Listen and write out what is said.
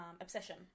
obsession